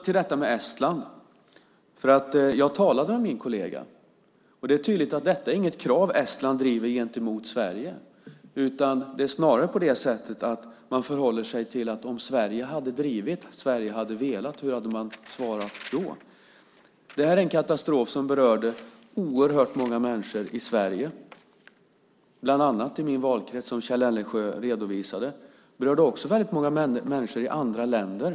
När det gäller Estland talade jag med min kollega. Det är tydligt att detta inte är något krav som Estland driver gentemot Sverige. Det är snarare så att man förhåller sig till hur man hade svarat om Sverige hade velat. Detta är en katastrof som berörde oerhört många människor i Sverige, bland annat i min valkrets, som Kjell Eldensjö redovisade. Den berörde också väldigt många människor i andra länder.